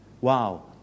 Wow